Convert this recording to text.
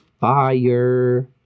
fire